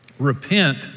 repent